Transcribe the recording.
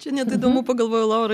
čia net įdomu pagalvojau laura ir